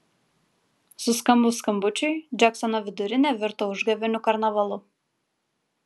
suskambus skambučiui džeksono vidurinė virto užgavėnių karnavalu